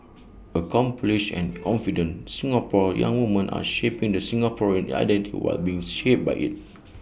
accomplished and confident Singapore's young woman are shaping the Singaporean identity while being shaped by IT